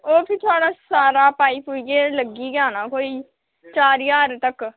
उत्थै थुआढ़ा सारा पाई पुइयै लगी जाना कोई चार ज्हार तक्कर